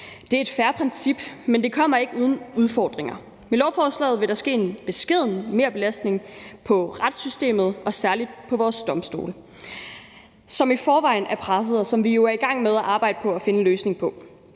Det er et fair princip, men det kommer ikke uden udfordringer. Med lovforslaget vil der ske en beskeden merbelastning af retssystemet og særlig af vores domstole, som i forvejen er pressede, hvilket vi jo er i gang med at arbejde på at finde en løsning på.